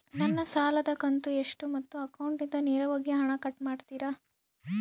ನನ್ನ ಸಾಲದ ಕಂತು ಎಷ್ಟು ಮತ್ತು ಅಕೌಂಟಿಂದ ನೇರವಾಗಿ ಹಣ ಕಟ್ ಮಾಡ್ತಿರಾ?